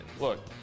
Look